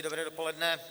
Dobré dopoledne.